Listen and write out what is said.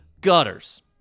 gutters